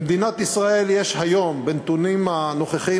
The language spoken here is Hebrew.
במדינת ישראל יש היום בנתונים הנוכחיים